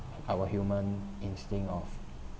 our human instinct of